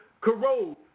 corrode